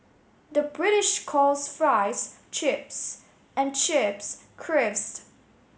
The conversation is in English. the British calls fries chips and chips crisps